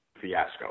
fiasco